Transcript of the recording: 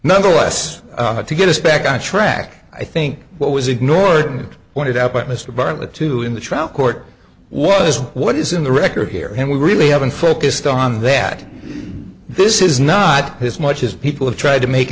nonetheless to get us back on track i think what was ignored pointed out but mr bartlett too in the trial court was what is in the record here and we really haven't focused on that this is not his much as people have tried to make